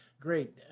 Great